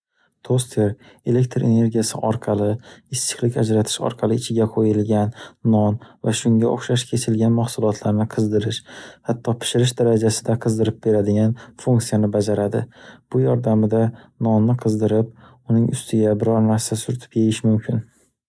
Toster, elektr energiyasi orqali, issiqlik ajratish orqali ichiga qo'yilgan non va shunga o'xshash kesilgan mahsulotlarni qizdirish, hatto pishirish darajasida qizdirib beradigan funksiyani bajaradi. Bu yordamida, nonni qizdirib, uning ustiga biror narsa surtib yeyish mumkin.